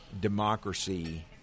democracy